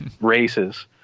races